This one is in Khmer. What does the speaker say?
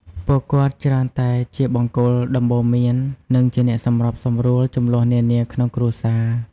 ពួកគាត់ច្រើនតែជា បង្គោលដំបូន្មាន និងជាអ្នកសម្របសម្រួល ជម្លោះនានាក្នុងគ្រួសារ។